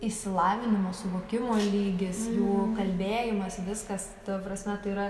išsilavinimo suvokimo lygis jų kalbėjimas viskas ta prasme tai yra